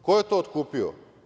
Ko je to otkupio?